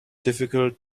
difficult